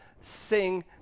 sing